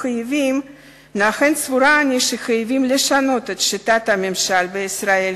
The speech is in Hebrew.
לכן סבורה אני שחייבים לשנות את שיטת הממשל בישראל,